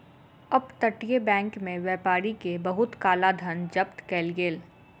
up तटीय bank में व्यापारी के बहुत काला धन जब्त कएल गेल